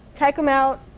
take them out.